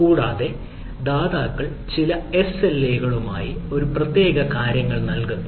കൂടാതെ ദാതാക്കൾ ചില എസ്എൽഎകളുമായി ഒരു പ്രത്യേക കാര്യങ്ങൾ നൽകുന്നു